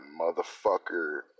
motherfucker